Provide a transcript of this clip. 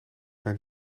mijn